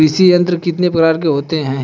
कृषि यंत्र कितने प्रकार के होते हैं?